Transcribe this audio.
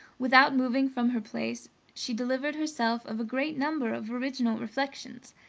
without moving from her place, she delivered herself of a great number of original reflections.